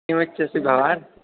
किमिच्छति भवान्